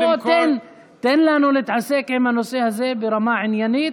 תן לנו להתעסק עם הנושא הזה ברמה עניינית,